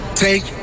take